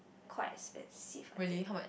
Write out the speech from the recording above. quite expensive I think